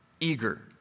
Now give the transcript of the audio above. eager